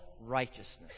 righteousness